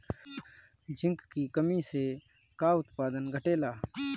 Zinc की कमी से का उत्पादन घटेला?